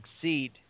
succeed